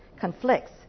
conflicts